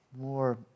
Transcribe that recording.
more